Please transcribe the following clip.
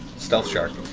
stealth shark.